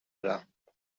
میره، برم